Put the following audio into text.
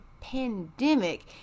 pandemic